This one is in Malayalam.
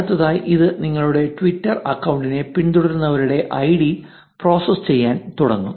അടുത്തതായി ഇത് നിങ്ങളുടെ ട്വിറ്റർ അക്കൌണ്ടിനെ പിന്തുടരുന്നവരുടെ ഐഡി പ്രോസസ്സ് ചെയ്യാൻ തുടങ്ങും